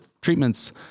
treatments